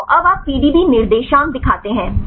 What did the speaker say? तो अब आप पीडीबी निर्देशांक दिखाते हैं